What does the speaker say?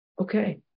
Okay